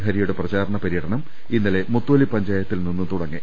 ഹരിയുടെ പ്രചാരണ പര്യ ടനം ഇന്നലെ മുത്തോലി പഞ്ചായത്തിൽ നിന്ന് തുടങ്ങി